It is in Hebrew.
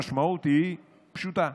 המשמעות היא פשוטה: